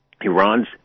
Iran's